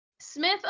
Smith